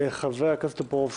חבר הכנסת טופורובסקי,